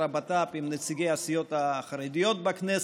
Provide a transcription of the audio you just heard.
לביטחון פנים עם נציגי הסיעות החרדיות בכנסת,